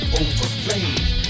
overplayed